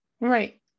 Right